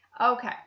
Okay